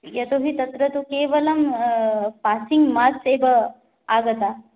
यतोऽहि तत्र तु केवलं पासिङ्ग् मार्क्स् एव आगतम्